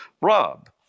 Rob